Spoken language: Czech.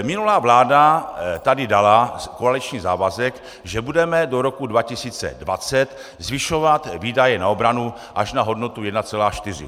Minulá vláda tady dala koaliční závazek, že budeme do roku 2020 zvyšovat výdaje na obranu až na hodnotu 1,4.